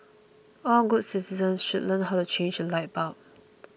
all good citizens should learn how to change a light bulb